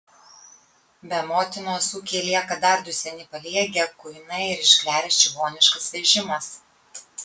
be motinos ūkyje lieka dar du seni paliegę kuinai ir iškleręs čigoniškas vežimas